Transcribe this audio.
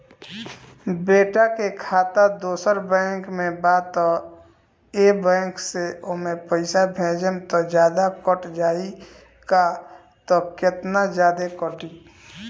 बेटा के खाता दोसर बैंक में बा त ए बैंक से ओमे पैसा भेजम त जादे कट जायी का त केतना जादे कटी?